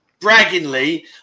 braggingly